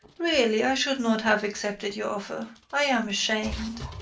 really, i should not have accepted your offer. i am ashamed.